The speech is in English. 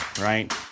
right